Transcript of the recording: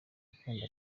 urukundo